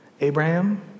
Abraham